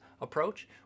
approach